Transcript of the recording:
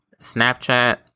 Snapchat